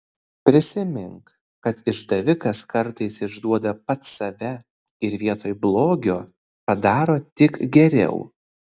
prisimink kad išdavikas kartais išduoda pats save ir vietoj blogio padaro tik geriau